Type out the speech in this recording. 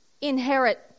inherit